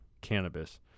cannabis